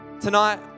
Tonight